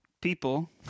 people